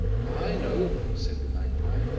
i know, said the magpie,